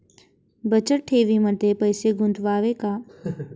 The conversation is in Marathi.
बचत ठेवीमध्ये पैसे गुंतवावे का?